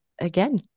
again